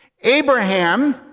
Abraham